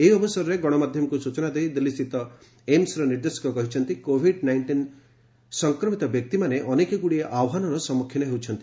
ଏହି ଅବସରରେ ଗଣମାଧ୍ୟମକୁ ସୂଚନା ଦେଇ ଦିଲ୍ଲୀସ୍ଥିତ ଏମ୍ସର ନିର୍ଦ୍ଦେଶକ କହିଛନ୍ତି କୋଭିଡ୍ ନାଇଷ୍ଟିନ ସଂକ୍ରମିତ ବ୍ୟକ୍ତିମାନେ ଅନେକଗୁଡ଼ିଏ ଆହ୍ୱାନର ସମ୍ମୁଖୀନ ହେଉଛନ୍ତି